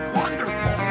wonderful